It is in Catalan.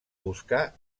buscar